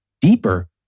deeper